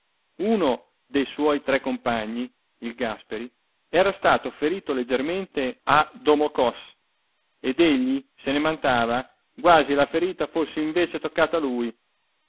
uno de suoi tre compagni il gàsperi era stato ferito leggermente a domokòs ed egli se ne vantava quasi la ferita fosse invece toccata a lui